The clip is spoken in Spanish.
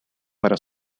para